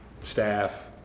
staff